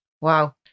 wow